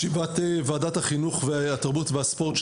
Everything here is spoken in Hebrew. אני פותח את ישיבת ועדת החינוך, התרבות והספורט.